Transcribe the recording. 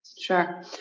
Sure